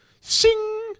Sing